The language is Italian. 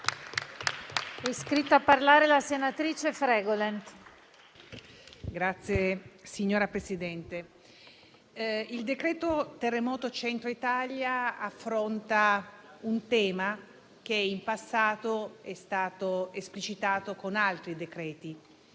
il decreto terremoto Centro Italia affronta un tema che in passato è stato esplicitato con altri decreti,